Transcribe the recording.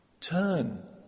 Turn